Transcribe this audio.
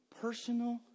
personal